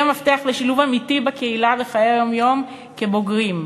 היא המפתח לשילוב אמיתי בקהילה בחיי היום-יום כבוגרים.